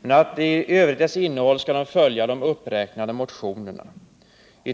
men att dess innehåll i övrigt skall följa de uppräknade motionerna.